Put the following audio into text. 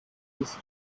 bis